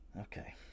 Okay